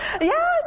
Yes